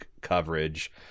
coverage